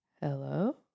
Hello